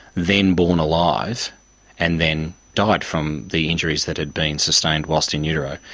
then born alive and then died from the injuries that had been sustained while so in utero.